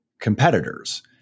competitors